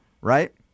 Right